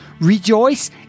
Rejoice